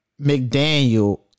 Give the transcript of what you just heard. McDaniel